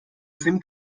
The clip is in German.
sim